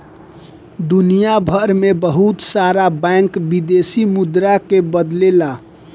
दुनियभर में बहुत सारा बैंक विदेशी मुद्रा के बदलेला